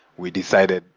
we decided,